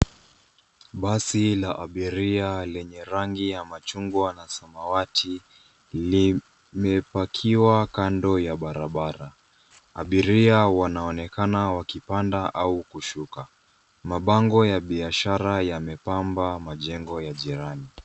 Basi la abiria lenye rangi ya machungwa na samawati limepakiwa kando ya barabara. Abiria wanaonekana wakipanda au kushuka. Mabango ya biashara yamepamba majengo ya jirani.